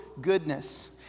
goodness